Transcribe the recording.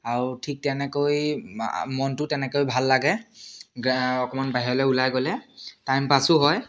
আৰু ঠিক তেনেকৈ মনটো তেনেকৈ ভাল লাগে অকণমান বাহিৰলৈ ওলাই গ'লে টাইম পাছো হয়